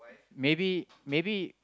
maybe maybe